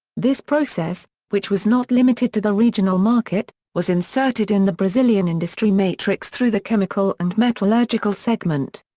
this process, which was not limited to the regional market, was inserted in the brazilian industry matrix through the chemical and metallurgical segment.